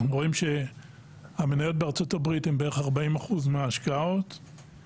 אנחנו רואים שהמניות בארה"ב הם בערך 40% מההשקעות,